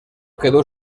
quedó